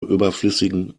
überflüssigen